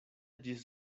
ĝis